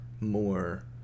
More